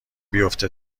بیفته